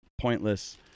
pointless